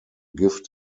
gift